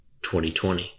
2020